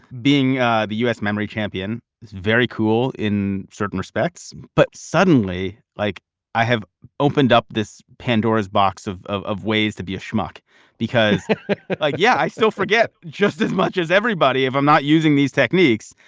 being the u s. memory champion. it's very cool in certain respects, but suddenly, like i have opened up this pandora's box of of ways to be a schmuck because like, yeah, i still forget just as much as everybody if i'm not using these techniques.